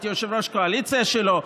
הייתי יושב-ראש קואליציה שלו.